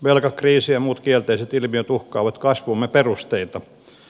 velkakriisi ja muut kielteiset ilmiöt uhkaavat kasvumme perusteita